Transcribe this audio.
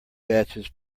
batches